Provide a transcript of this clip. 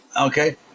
okay